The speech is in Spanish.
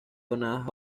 donadas